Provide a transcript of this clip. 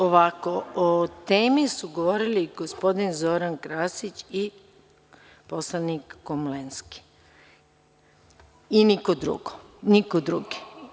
Ovako, o temi su govorili gospodin Zoran Krasić i poslanik Komlenski i niko drugi.